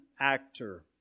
actor